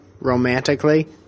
romantically